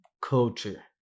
culture